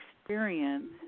experience